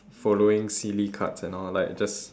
following silly cards and all like just